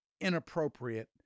inappropriate